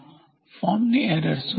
ફોર્મની એરર શું છે